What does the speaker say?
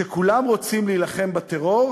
שכולם רוצים להילחם בטרור,